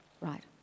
Right